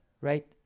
Right